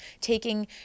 taking